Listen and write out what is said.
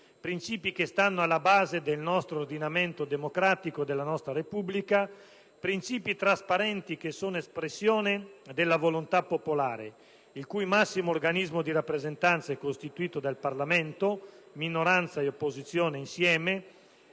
princìpi che stanno alla base del nostro ordinamento democratico e della nostra Repubblica, princìpi trasparenti, che sono espressione della volontà popolare, il cui massimo organismo di rappresentanza è costituito dal Parlamento (minoranza ed opposizione insieme);